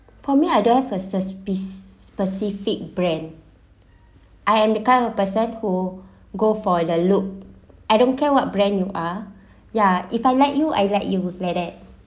for me I don't have a sepi~ specific brand I am the kind of person who go for the look I don't care what brand you are ya if I like you I like you would play that